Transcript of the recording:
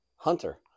hunter